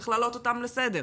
צריך להעלות אותם לסדר,